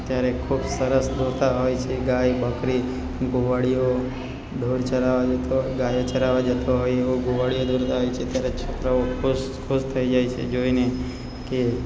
ત્યારે ખૂબ સરસ દોરતા હોય છે ગાય બકરી ગોવાળિયો ઢોર ચરાવા જતો ગાયો ચરાવા જતો હોય એવો ગોવાળિયો દોરતા હોય છે ત્યારે છોકરાઓ ખુશ ખુશ થઈ જાય છે જોઈને કે